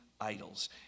idols